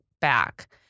back